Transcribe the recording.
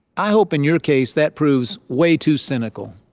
i hope in your case that proves way too cynical,